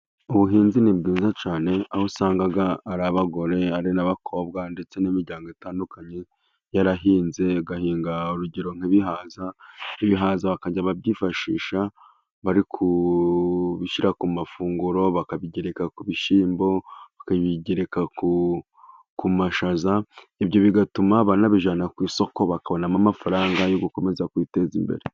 Ubuhinzi ni bwiza cyane aho usanga ari abagore ari n'abakobwa ndetse n'imiryango itandukanye yarahinze, igahinga urugero nk'bihaza, ibihaza bakajya babyifashisha babishyira ku mafunguro, bakabigereka ku bishyimbo, bakabigereka ku mashaza, ibyo bigatuma banabijyana ku isoko bakabonamo amafaranga yo gukomeza kwiteza imbere.